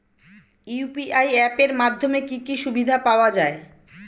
UPI app এর মাধ্যমে কি কি সুবিধা পাওয়া যায়?